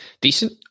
decent